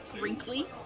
wrinkly